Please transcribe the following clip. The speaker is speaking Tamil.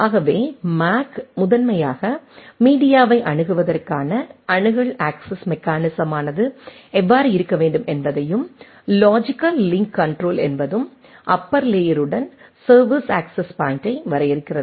ஆகவே மேக் முதன்மையாக மீடியாவை அணுகுவதற்கான அணுகல் அக்சஸ் மெக்கானிசமானது எவ்வாறு இருக்க வேண்டும் என்பதையும் லாஜிக்கல் லிங்க் கண்ட்ரோல் என்பதும் அப்பர் லேயருடன் சர்வீஸ் அக்சஸ் பாயிண்ட்யை வரையறுக்கிறது